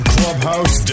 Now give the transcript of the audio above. Clubhouse